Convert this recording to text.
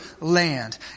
land